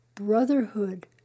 brotherhood